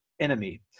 enemy